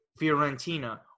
Fiorentina